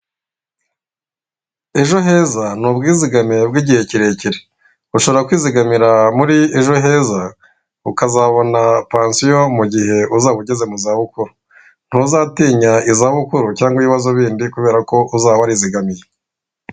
Ejo heza ni ubwizigamire bw'igihe kirekire ushobora kwizigamira ejo heza ukazabona pansiyo mugihe uzaba ugeze mu za bukuru ntuzatinya izabukuru cyangwa ibibazo bindi kubera ko uzahora warizigamiye.